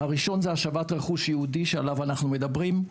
הראשון זה השבת רכוש יהודי שעליו אנחנו מדברים,